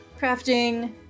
crafting